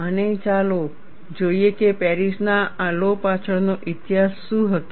અને ચાલો જોઈએ કે પેરિસના આ લૉ પાછળનો ઈતિહાસ શું હતો